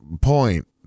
point